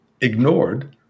ignored